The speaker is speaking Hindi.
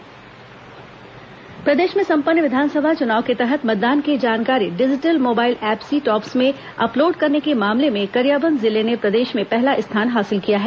विस चुनाव सी टॉप्स प्रदेश में संपन्न विधानसभा चुनाव के तहत मतदान की जानकारी digital mobile app C tops में अपलोड करने के मामले में गरियाबंद जिले ने प्रदेश ेमें पहला स्थान हासिल किया है